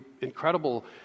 incredible